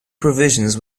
provisions